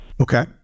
Okay